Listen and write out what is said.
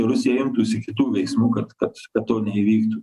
rusija imtųsi kitų veiksmų kad kad kad to neįvyktų